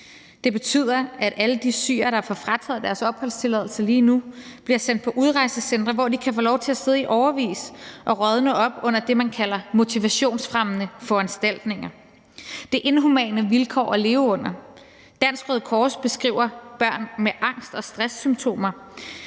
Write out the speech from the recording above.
Det betyder, at alle de syrere, der får frataget deres opholdstilladelse lige nu, bliver sendt på udrejsecentre, hvor de kan få lov til at sidde i årevis og rådne op under det, man kalder motivationsfremmende foranstaltninger. Det er inhumane vilkår at leve under. Dansk Røde Kors beskriver børn med angst og stresssymptomer,